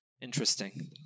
Interesting